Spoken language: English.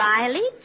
Riley